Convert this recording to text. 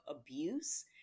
abuse